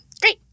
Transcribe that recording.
Great